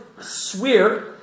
swear